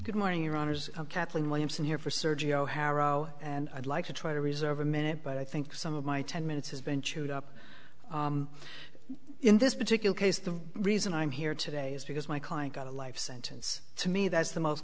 good morning runners i'm kathleen williamson here for sergio harrow and i'd like to try to reserve a minute but i think some of my ten minutes has been chewed up in this particular case the reason i'm here today is because my client got a life sentence to me that